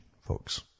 folks